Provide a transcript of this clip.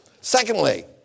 Secondly